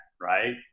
right